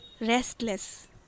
restless